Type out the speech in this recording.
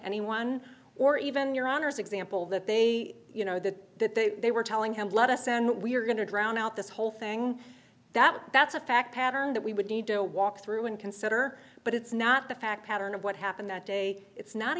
anyone or even your honour's example that they you know that they were telling him let us and we're going to drown out this whole thing that that's a fact pattern that we would need to walk through and consider but it's not the fact pattern of what happened that day it's not